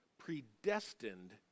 predestined